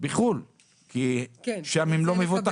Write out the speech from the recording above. בחוץ לארץ, כי שם הם לא מבוטחים.